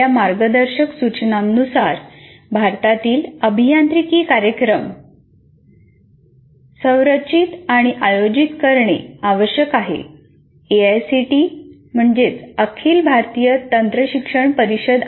मार्गदर्शक सूचनांनुसार भारतातील अभियांत्रिकी कार्यक्रम संरचित आणि आयोजित करणे आवश्यक आहे एआयसीटीई अखिल भारतीय तंत्रशिक्षण परिषद आहे